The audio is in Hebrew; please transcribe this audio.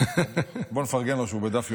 בוא נפרגן לו שהוא בדף יומי.